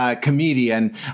comedian